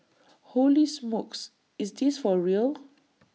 holy smokes is this for real